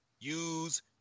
use